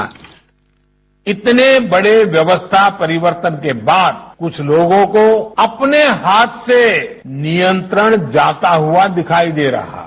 bite इतने बड़े व्यवस्था परिवर्तन के बाद कुछ लोगों को अपने हाथ से नियंत्रण जाता हुआ दिखाई दे रहा है